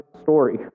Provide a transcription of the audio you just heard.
story